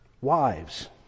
wives